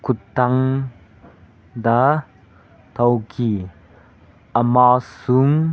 ꯈꯨꯊꯥꯡꯗ ꯇꯧꯈꯤ ꯑꯃꯁꯨꯡ